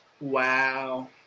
Wow